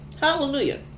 Hallelujah